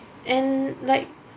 and like